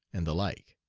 and the like.